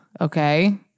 okay